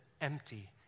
empty